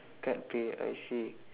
cut pay I see